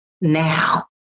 Now